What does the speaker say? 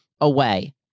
away